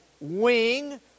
wing